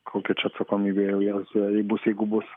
kokia čia atsakomybė jau jiems jei bus jeigu bus